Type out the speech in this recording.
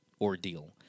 ordeal